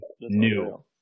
new